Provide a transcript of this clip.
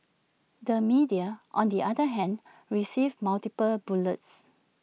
the media on the other hand received multiple bullets